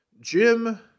Jim